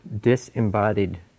disembodied